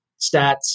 stats